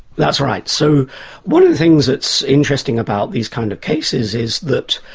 that's right, so one of the things that's interesting about these kind of cases is that,